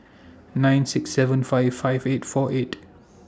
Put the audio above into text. nine six seven five five eight four eight